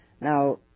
Now